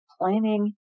planning